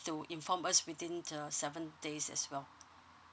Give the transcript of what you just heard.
to inform us within the seven days as well